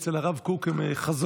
אצל הרב קוק הם חזון.